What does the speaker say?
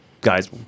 guys